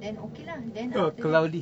then okay lah then after that